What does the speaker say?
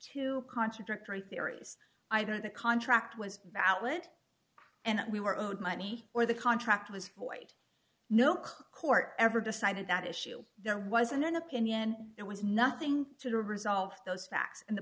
two contradictory theories either the contract was valid and we were owed money or the contract was void no court ever decided that issue there wasn't an opinion it was nothing to resolve those facts and the